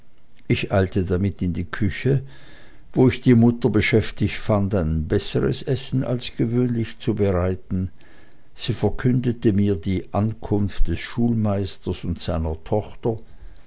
ich eilte damit in die küche wo ich die mutter beschäftigt fand ein besseres essen als gewöhnlich zu bereiten sie verkündigte mir die ankunft des schulmeisters und seiner tochter